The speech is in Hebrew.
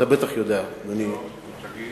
אתה בטח יודע, אדוני.